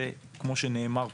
וכמו שנאמר פה,